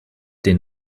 den